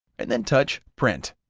and then touch print.